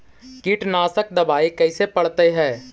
कीटनाशक दबाइ कैसे पड़तै है?